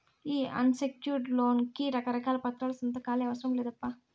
ఈ unsecured loan కి రకారకాల పత్రాలు, సంతకాలే అవసరం లేదప్పా